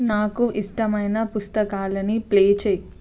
నాకు ఇష్టమైన పుస్తకాలని ప్లే చెయ్యి